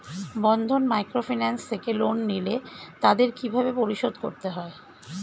বন্ধন microfinance থেকে loan নিলে তাদের কিভাবে পরিশোধ করতে হয়?